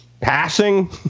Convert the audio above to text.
passing